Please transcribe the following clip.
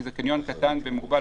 כי זה קניון קטן ומוגבל.